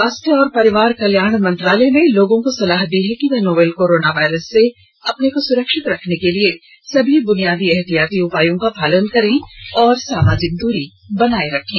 स्वास्थ्य और परिवार कल्याण मंत्रालय ने लोगों को सलाह दी है कि वे नोवल कोरोना वायरस से अपने को सुरक्षित रखने के लिए सभी बुनियादी एहतियाती उपायों का पालन करें और सामाजिक दूरी बनाए रखें